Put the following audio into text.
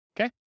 Okay